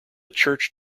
church